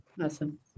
Awesome